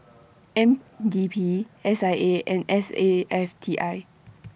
N D P S I A and S A F T I